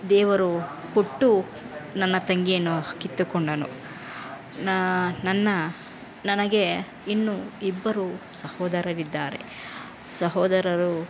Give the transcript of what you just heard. ದೇವರು ಕೊಟ್ಟು ನನ್ನ ತಂಗಿಯನ್ನು ಕಿತ್ತುಕೊಂಡನು ನನ್ನ ನನಗೆ ಇನ್ನು ಇಬ್ಬರು ಸಹೋದರರಿದ್ದಾರೆ ಸಹೋದರರು